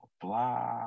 blah